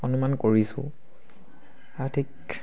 অনুমান কৰিছোঁ আৰু ঠিক